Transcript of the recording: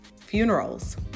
funerals